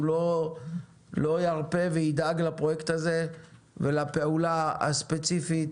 לא ירפה וידאג לפרויקט הזה ולפעולה הספציפית